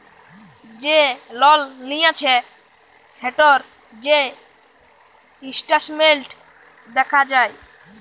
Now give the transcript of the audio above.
যে লল লিঁয়েছে সেটর যে ইসট্যাটমেল্ট দ্যাখা যায়